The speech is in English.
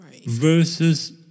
versus